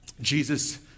Jesus